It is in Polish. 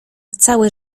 całe